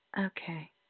okay